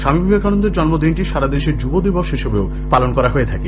স্বামী বিবেকানন্দর জন্মদিনটি সারাদেশে যুব দিবস হিসেবেও পালন করা হয়ে থাকে